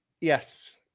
Yes